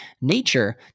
nature